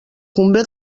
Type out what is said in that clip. convé